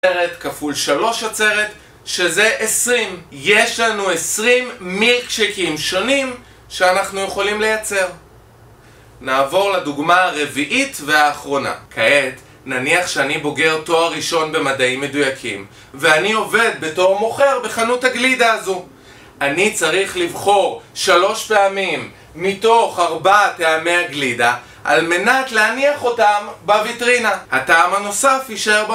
כפול שלוש עצרת, שזה עשרים יש לנו עשרים מילקשייקים שונים שאנחנו יכולים לייצר. נעבור לדוגמה הרביעית והאחרונה. כעת, נניח שאני בוגר תואר ראשון במדעים מדויקים ואני עובד בתור מוכר בחנות הגלידה הזו, אני צריך לבחור שלוש פעמים מתוך ארבעה טעמי הגלידה על מנת להניח אותם בוויטרינה הטעם הנוסף יישאר ב...